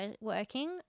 working